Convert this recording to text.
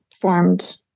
formed